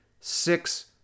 six